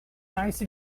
nice